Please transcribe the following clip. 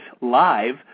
live